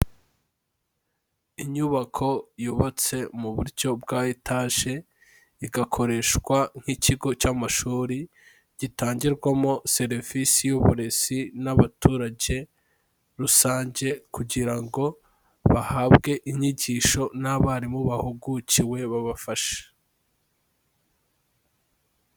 Inyubako yubatse mu buryo bwa etaje, igakoreshwa nk'ikigo cy'amashuri gitangirwamo serivisi y'uburezi n'abaturage rusange, kugira ngo bahabwe inyigisho n'abarimu bahugukiwe babafashe.